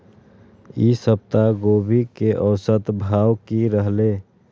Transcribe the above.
ई सप्ताह गोभी के औसत भाव की रहले?